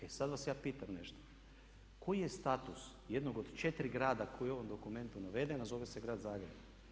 E sad vas ja pitam nešto, koji je status jednog od 4 grada koji je u ovom dokumentu naveden a zove se Grad Zagreb?